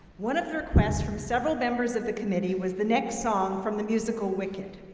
one of the requests from several members of the committee was the next song from the musical wicked.